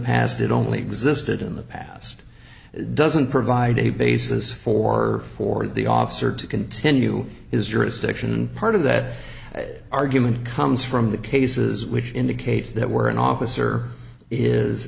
past it only existed in the past doesn't provide a basis for for the officer to continue his jurisdiction part of that argument comes from the cases which indicate that where an officer is